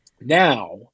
Now